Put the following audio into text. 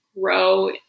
grow